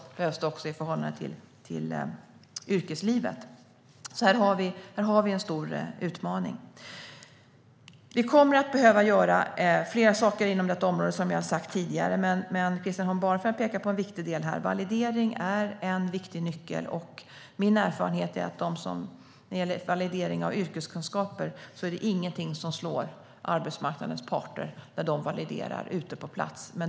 Det behövs förstås även i förhållande till yrkeslivet. Här har vi alltså en stor utmaning. Som jag har sagt tidigare kommer vi att behöva göra fler saker inom detta område, men Christian Holm Barenfeld pekar på något viktigt: Validering är en viktig nyckel, och min erfarenhet är att när det gäller validering av yrkeskunskaper är det ingenting som slår arbetsmarknadens parter när de validerar ute på plats.